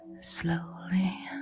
slowly